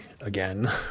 again